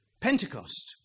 Pentecost